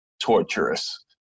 torturous